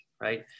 right